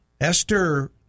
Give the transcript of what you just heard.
esther